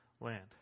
land